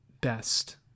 best